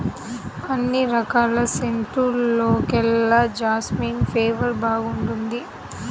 అన్ని రకాల సెంటుల్లోకెల్లా జాస్మిన్ ఫ్లేవర్ బాగుంటుంది